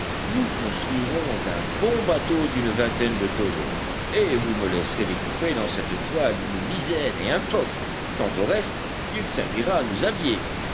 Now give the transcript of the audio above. nous construirons un bon bateau d'une vingtaine de tonneaux et vous me laisserez découper dans cette toile une misaine et un foc quant au reste il servira à nous habiller